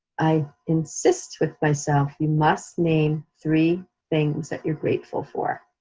i insist with myself, you must name three things that you're grateful for.